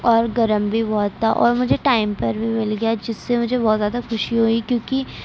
اور گرم بھی بہت تھا اور مجھے ٹائم پر بھی مل گیا جس سے مجھے بہت زیادہ خوشی ہوئی کیونکہ